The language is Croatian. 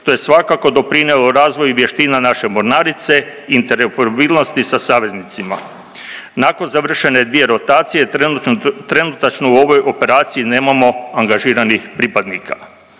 što je svakako doprinijelo razvoju vještina naše mornarice, interoperabilnosti sa saveznicima. Nakon završene dvije rotacije trenutačno u ovoj operaciji nemamo angažiranih pripadnika.